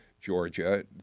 Georgia